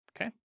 okay